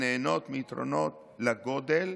שנהנות מיתרונות לגודל,